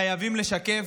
חייבים לשקף,